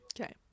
Okay